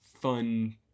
fun